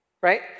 Right